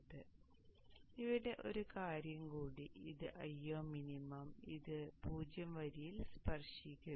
ഇപ്പോൾ ഇവിടെ ഒരു കാര്യം കൂടി ഇത് Io മിനിമം ഇത് 0 വരിയിൽ സ്പർശിക്കുന്നു